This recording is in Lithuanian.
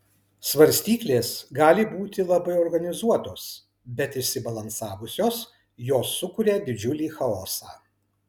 svarstyklės gali būti labai organizuotos bet išsibalansavusios jos sukuria didžiulį chaosą